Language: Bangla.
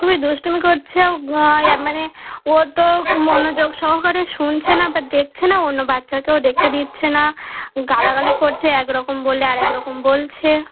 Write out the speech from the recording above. খুবই দুষ্টুমি করছে ও মানে ও তো মনোযোগ সহকারে শুনছে না বা দেখছে না অন্য বাচ্চাকেও দেখতে দিচ্ছে না গালাগালি করছে একরকম বললে আরেকরকম বলছে